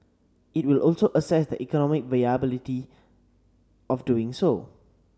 it will also assess the economic viability of doing so